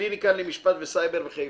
הקליניקה למשפט וסייבר בחיפה,